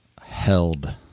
Held